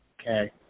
Okay